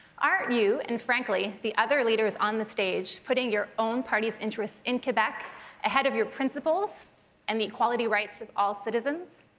aren't you, and frankly the other leaders on the stage, putting your own party's interests in quebec ahead of your principles and the equality rights of all citizens?